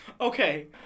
Okay